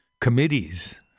committees